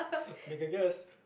make a guess